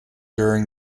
during